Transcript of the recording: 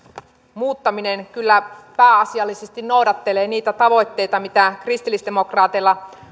muuttaminen kyllä pääasiallisesti noudattelee niitä tavoitteita mitä kristillisdemokraateilla